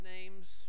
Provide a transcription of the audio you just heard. names